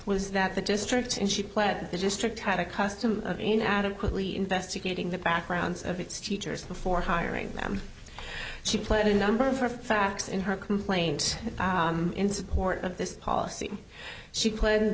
was that the district and she pled the district had a custom in adequately investigating the backgrounds of its teachers before hiring them she played a number of her facts in her complaint in support of this policy she cla